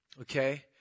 Okay